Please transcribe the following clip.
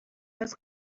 است